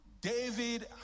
David